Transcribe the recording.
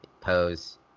pose